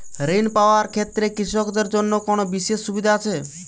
ঋণ পাওয়ার ক্ষেত্রে কৃষকদের জন্য কোনো বিশেষ সুবিধা আছে?